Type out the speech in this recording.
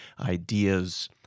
ideas